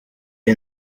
iyi